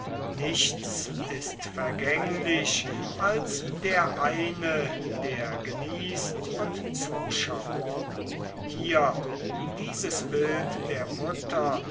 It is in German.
nichts ist vergänglich als der eine der genießt und zuschaut hier dieses bild der mutter